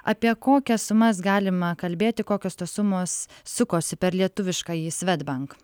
apie kokias sumas galima kalbėti kokios tos sumos sukosi per lietuviškąjį svedbank